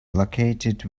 located